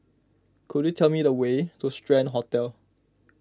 could you tell me the way to Strand Hotel